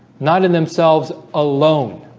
not in themselves alone.